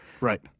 Right